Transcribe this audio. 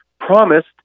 promised